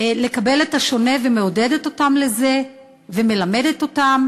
לקבל את השונה ומעודדת אותם לזה ומלמדת אותם.